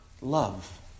love